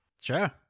Sure